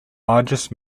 largest